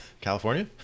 California